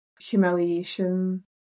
Humiliation